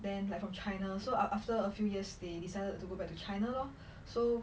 then like from china so err after a few years they decided to go back to china lor so